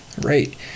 right